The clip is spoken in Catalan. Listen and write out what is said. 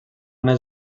una